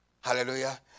Hallelujah